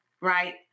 right